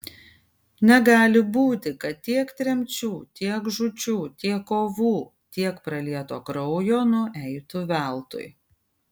negali būti kad tiek tremčių tiek žūčių tiek kovų tiek pralieto kraujo nueitų veltui